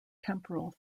temporal